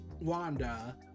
Wanda